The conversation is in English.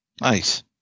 Nice